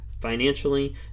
financially